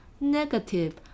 Negative